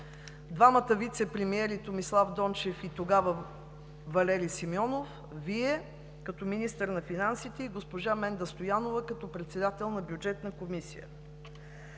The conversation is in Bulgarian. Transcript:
двамата вицепремиери Томислав Дончев и тогава Валери Симеонов, Вие като министър на финансите и госпожа Менда Стоянова като председател на Бюджетната комисия.